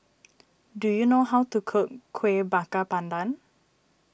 do you know how to cook Kuih Bakar Pandan